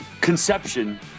conception